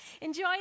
Enjoy